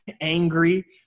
angry